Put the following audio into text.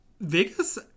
Vegas